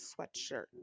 sweatshirt